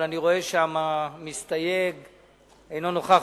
אבל אני רואה שהמסתייג אינו נוכח,